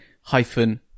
hyphen